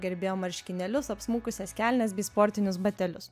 gerbėjo marškinėlius apsmukusias kelnes bei sportinius batelius